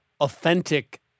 authentic